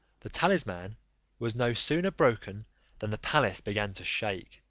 the talisman was no sooner broken than the palace began to shake,